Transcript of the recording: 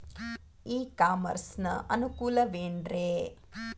E commerce ನ ಅನುಕೂಲವೇನ್ರೇ?